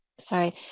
Sorry